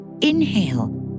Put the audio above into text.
Inhale